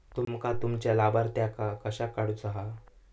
तुमका तुमच्या लाभार्थ्यांका कशाक काढुचा हा?